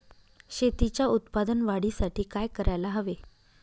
शेतीच्या उत्पादन वाढीसाठी काय करायला हवे?